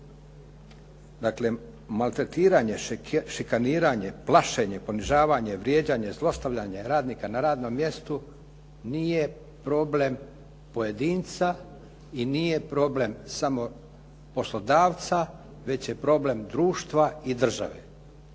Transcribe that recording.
Daklem, maltretiranje, šikaniranje, plašenje, ponižavanje, vrijeđanje, zlostavljanje radnika na radnom mjestu nije problem pojedinca i nije problem samo poslodavca, već je problem društva i države.